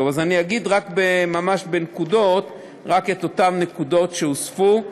אני אגיד רק בנקודות את אותן נקודות שהוספו.